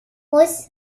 muss